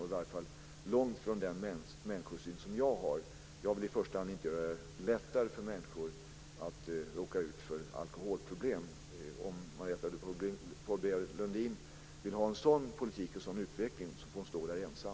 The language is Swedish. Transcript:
Den ligger långt ifrån den människosyn som jag har. Jag vill i första hand inte göra det lättare för människor att råka ut för alkoholproblem. Om Marietta de Pourbaix-Lundin vill ha en sådan politik och en sådan utveckling får hon stå där ensam.